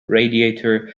radiator